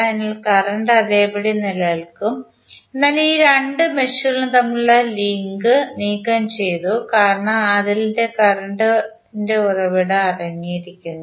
അതിനാൽ കറന്റ് അതേപടി നിലനിൽക്കും എന്നാൽ ഈ രണ്ട് മെഷുകളും തമ്മിലുള്ള ലിങ്ക് നീക്കംചെയ്തു കാരണം അതിൽ കറന്റ് ഇന്റെ ഉറവിടം അടങ്ങിയിരിക്കുന്നു